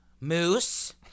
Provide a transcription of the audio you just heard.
moose